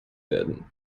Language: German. werden